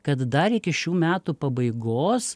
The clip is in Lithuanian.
kad dar iki šių metų pabaigos